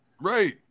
right